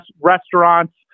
restaurants